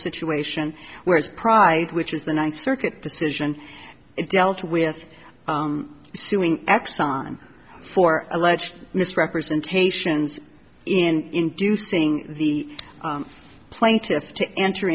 situation whereas pride which is the ninth circuit decision it dealt with suing exxon for alleged misrepresentations in inducing the plaintiffs to enter